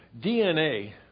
DNA